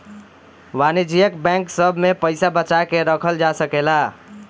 वाणिज्यिक बैंक सभ में पइसा बचा के रखल जा सकेला